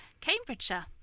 Cambridgeshire